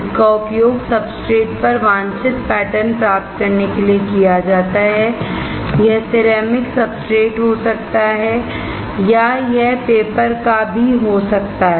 इसका उपयोग सब्सट्रेट पर वांछित पैटर्न प्राप्त करने के लिए किया जाता है यह सिरेमिक सब्सट्रेट हो सकता है या यह पेपर का भी हो सकता है